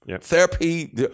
Therapy